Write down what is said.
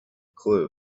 clue